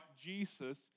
Jesus